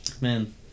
Man